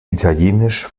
italienisch